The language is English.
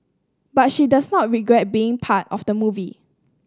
but she does not regret being a part of the movie